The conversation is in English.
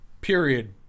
period